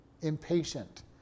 impatient